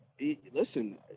Listen